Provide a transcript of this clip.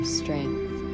strength